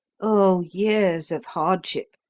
oh, years of hardship,